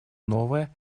новая